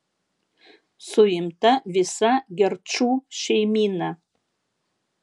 suimta visa gerčų šeimyna